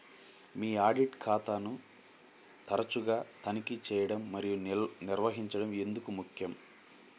మీ audit ఖాతాను తరచుగా తనిఖీ చేయడం మరియు నిర్వహించడం ఎందుకు ముఖ్యం?